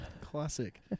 classic